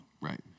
right